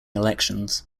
elections